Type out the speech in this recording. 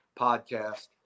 podcast